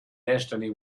destiny